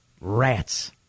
rats